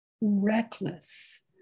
Reckless